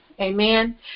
Amen